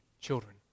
children